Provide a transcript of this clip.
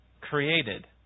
created